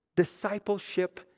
discipleship